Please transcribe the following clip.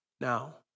now